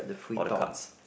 or the cards